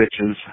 bitches